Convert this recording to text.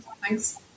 Thanks